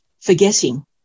forgetting